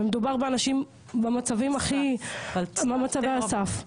ומדובר באנשים במצבי הסף.